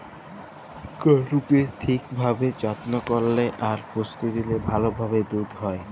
গরুকে ঠিক ভাবে যত্ন করল্যে আর পুষ্টি দিলে ভাল ভাবে দুধ হ্যয়